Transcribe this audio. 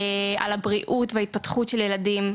על הבריאות וההתפתחות של ילדים,